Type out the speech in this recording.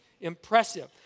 impressive